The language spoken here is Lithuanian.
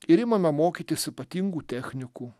ir imame mokytis ypatingų technikų